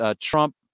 Trump